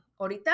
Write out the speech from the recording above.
Ahorita